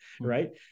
right